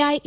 IA